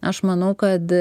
aš manau kad